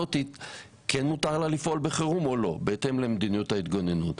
הזאת מותר לפעול בחירום או לא בהתאם למדיניות ההתגוננות.